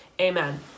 amen